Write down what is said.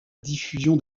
diffusion